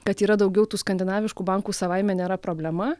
kad yra daugiau tų skandinaviškų bankų savaime nėra problema